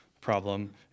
problem